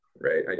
right